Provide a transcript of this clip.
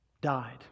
died